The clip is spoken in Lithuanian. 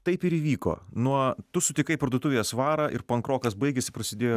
taip ir įvyko nuo tu sutikai parduotuvėje svarą ir pankrokas baigėsi prasidėjo